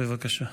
בבקשה.